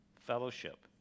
fellowship